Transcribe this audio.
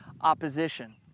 opposition